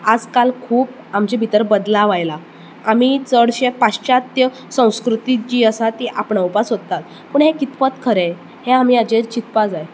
आज काल खूब आमचे भितर बदलाव आयला आमी चडशे पाश्चात्य संस्कृती जी आसा ती आपणावपाक सोदतात पूण हें कितपत खरें हें आमी हाजेर चिंतपा जाय